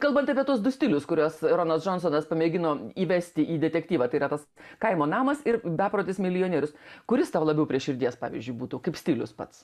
kalbant apie tuos du stilius kuriuos ronas džonsonas pamėgino įvesti į detektyvą tai yra tas kaimo namas ir beprotis milijonierius kuris tau labiau prie širdies pavyzdžiui būtų kaip stilius pats